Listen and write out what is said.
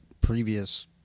previous